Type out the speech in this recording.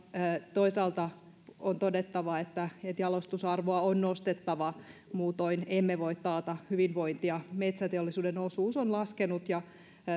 toisaalta on todettava että että jalostusarvoa on nostettava muutoin emme voi taata hyvinvointia metsäteollisuuden osuus on laskenut ja